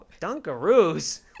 Dunkaroos